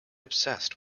obsessed